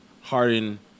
Harden